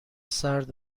سرد